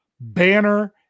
Banner